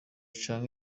canke